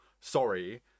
sorry